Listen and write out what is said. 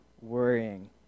worrying